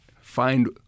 find